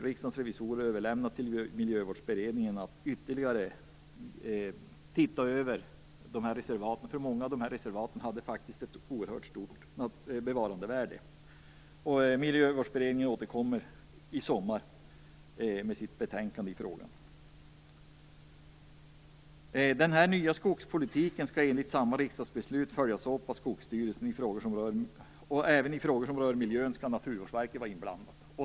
Riksdagens revisorer har ju överlämnat till Miljövårdsberedningen att ytterligare se över detta, för många av de här reservaten hade faktiskt ett oerhört stort bevarandevärde. Miljövårdsberedningen återkommer i sommar med sitt betänkande i frågan. Den nya skogspolitiken skall enligt riksdagsbeslutet följas upp av Skogsstyrelsen, och i frågor som rör miljön skall även Naturvårdsverket vara inblandat.